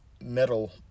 metal